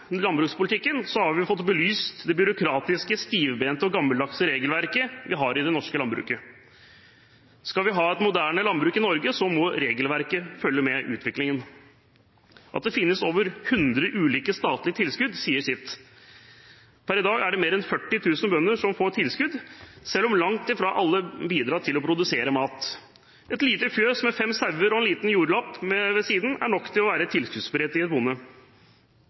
landbrukspolitikken har kommet på dagsordenen den sisten tiden, har vi fått belyst det byråkratiske, stivbeinte og gammeldagse regelverket vi har i det norske landbruket. Skal vi ha et moderne landbruk i Norge, må regelverket følge med utviklingen. At det finnes over 100 ulike statlige tilskudd, sier jo sitt. Per i dag er det mer enn 40 000 bønder som får tilskudd, selv om langt ifra alle bidrar til å produsere mat. Et lite fjøs med fem sauer og en liten jordlapp ved siden av er nok til å være en tilskuddsberettiget bonde.